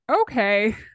Okay